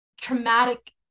traumatic